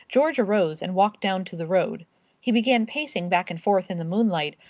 george arose and walked down to the road he began pacing back and forth in the moonlight,